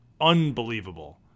unbelievable